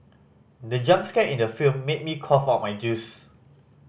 the jump scare in the film made me cough out my juice